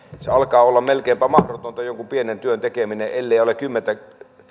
alkaa olla melkeinpä mahdotonta jonkun pienen työn tekeminen ellei ole kymmentä